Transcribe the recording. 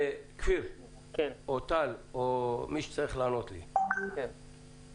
כפיר או טל או מי שצריך לענות לי, ברגע